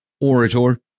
orator